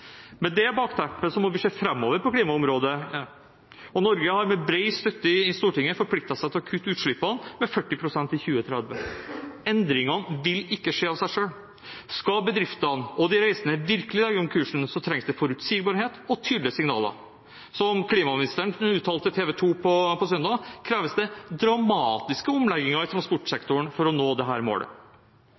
Med dette bakteppet må vi nå se framover på klimaområdet. Norge har, med bred støtte i Stortinget, forpliktet seg til å kutte i utslippene med 40 pst. innen 2030. Endringene vil ikke skje av seg selv. Skal bedriftene og de reisende virkelig legge om kursen, trengs forutsigbarhet og tydelige signaler. Som klimaministeren uttalte til TV 2 på søndag, kreves det dramatiske omlegginger i transportsektoren for å nå dette målet. Det